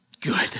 Good